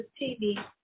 TV